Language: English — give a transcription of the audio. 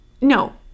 no